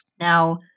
Now